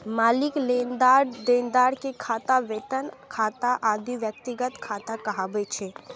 मालिक, लेनदार, देनदार के खाता, वेतन खाता आदि व्यक्तिगत खाता कहाबै छै